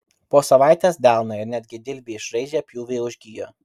po savaitės delną ir netgi dilbį išraižę pjūviai užgijo